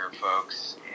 folks